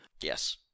Yes